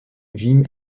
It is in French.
jim